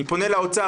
אני פונה לאוצר,